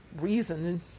reason